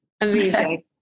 Amazing